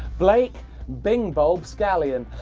blake bing-bulb scallion.